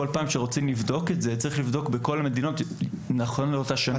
בכל פעם שרוצים לבדוק את זה צריך לבדוק בכל המדינות נכון לאותה שנה.